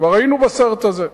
כבר היינו בסרט הזה.